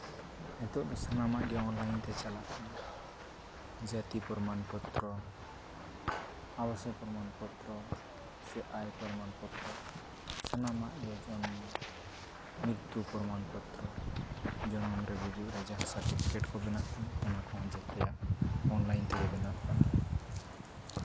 ᱱᱤᱛᱚᱜ ᱫᱚ ᱥᱟᱱᱟᱢᱟᱜ ᱜᱮ ᱚᱱᱞᱟᱭᱤᱱ ᱛᱮ ᱪᱟᱞᱟᱜ ᱠᱟᱱᱟ ᱡᱟᱛᱤ ᱯᱨᱚᱢᱟᱱ ᱯᱚᱛᱨᱚ ᱯᱨᱚᱢᱟᱱ ᱯᱚᱛᱨᱚ ᱥᱮ ᱟᱭ ᱯᱨᱚᱢᱟᱱ ᱯᱚᱛᱨᱚ ᱥᱟᱱᱟᱢᱟᱜ ᱜᱮ ᱡᱚᱱᱢᱚ ᱢᱨᱤᱛᱛᱩ ᱯᱨᱚᱢᱟᱱ ᱯᱚᱛᱨᱚ ᱡᱚᱱᱚᱢ ᱨᱮ ᱜᱩᱡᱩᱜ ᱨᱮ ᱡᱟᱦᱟᱸ ᱥᱟᱨᱴᱤᱯᱷᱤᱠᱮᱴ ᱠᱚᱦᱚᱸ ᱵᱮᱱᱟᱜ ᱠᱟᱱᱟ ᱚᱱᱟ ᱠᱚᱦᱚᱸ ᱡᱚᱛᱚᱣᱟᱜ ᱚᱱᱞᱟᱭᱤᱱ ᱛᱮᱜᱮ ᱵᱮᱱᱟᱜ ᱠᱟᱱᱟ